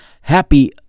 Happy